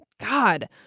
God